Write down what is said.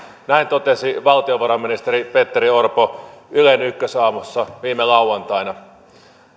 näin totesi valtiovarainministeri petteri orpo ylen ykkösaamussa viime lauantaina